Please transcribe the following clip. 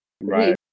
right